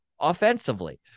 offensively